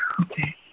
Okay